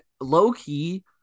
low-key